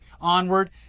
onward